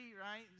right